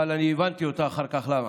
אבל אני הבנתי אותה אחר כך למה,